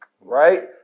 right